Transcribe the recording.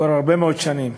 כבר הרבה מאוד שנים,